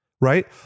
right